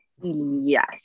Yes